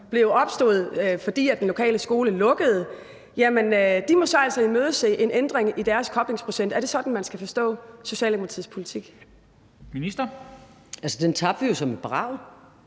som opstod, fordi den lokale skole lukkede, altså må imødese en ændring i deres koblingsprocent. Er det sådan, man skal forstå Socialdemokratiets politik? Kl. 13:37 Formanden